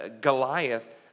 Goliath